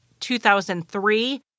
2003